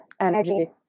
energy